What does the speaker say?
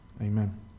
Amen